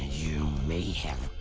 you may have